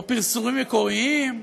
או פרסומים מקוריים,